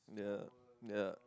yeah yeah